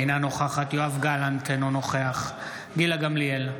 אינה נוכחת יואב גלנט, אינו נוכח גילה גמליאל,